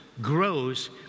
grows